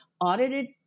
audited